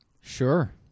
Sure